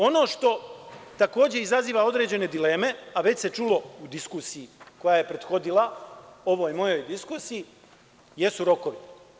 Ono što takođe izaziva određene dileme, a već se čulo u diskusiji koja je prethodila ovoj mojoj diskusiji, jesu rokovi.